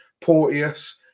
Porteous